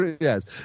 yes